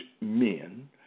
men